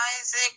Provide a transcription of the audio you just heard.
Isaac